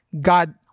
God